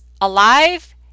alive